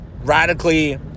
radically